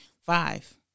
Five